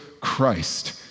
Christ